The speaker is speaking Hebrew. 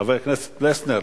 חבר הכנסת פלסנר,